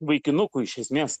vaikinukų iš esmės